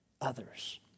others